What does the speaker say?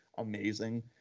amazing